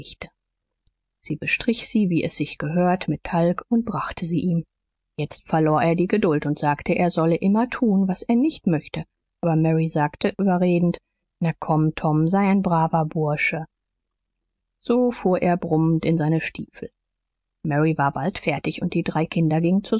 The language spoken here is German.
sie bestrich sie wie es sich gehört mit talg und brachte sie ihm jetzt verlor er die geduld und sagte er solle immer tun was er nicht möchte aber mary sagte überredend na komm tom sei ein braver bursche so fuhr er brummend in seine stiefel mary war bald fertig und die drei kinder gingen